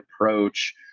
approach